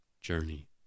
journey